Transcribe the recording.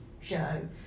show